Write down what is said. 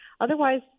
otherwise